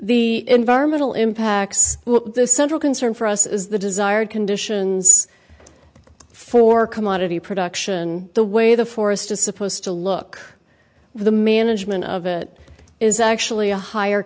the environmental impacts well the central concern for us is the desired conditions for commodity production the way the forest is supposed to look the management of it is actually a higher